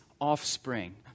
offspring